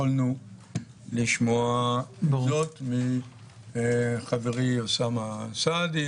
יכולנו לשמוע דברים מחברי אוסאמה סעדי,